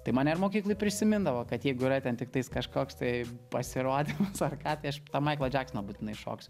tai mane ir mokykloj prisimindavo kad jeigu yra ten tiktais kažkoks tai pasirodymas ar ką tai aš tą maiklą džeksoną būtinai šoksiu